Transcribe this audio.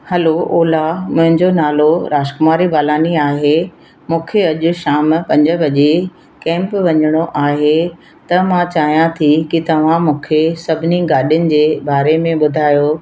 hello Ola मुंहिंजो नालो राजकुमारी बालानी आहे मूंखे अॼु शाम पंज बजे कैंप वञिणो आहे त मां चाहियां थी की तव्हां मूंखे सभिनी गाॾियुनि जे बारे में ॿुधायो